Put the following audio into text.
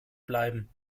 bleiben